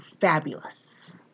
fabulous